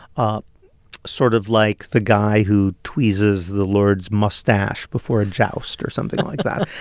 um sort of like the guy who tweezes the lord's mustache before a joust or something like that